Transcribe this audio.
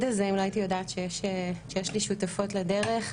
הזה אם לא הייתי יודעת שיש לי שותפות לדרך,